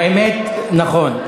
האמת, נכון,